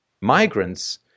migrants